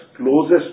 closest